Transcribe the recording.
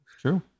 True